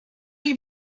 chi